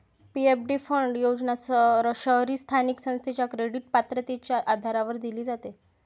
PFD fund योजना शहरी स्थानिक संस्थेच्या क्रेडिट पात्रतेच्या आधारावर दिली जाते